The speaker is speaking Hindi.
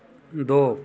दो